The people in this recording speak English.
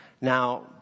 Now